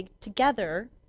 together